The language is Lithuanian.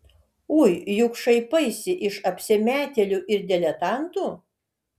ui juk šaipaisi iš apsimetėlių ir diletantų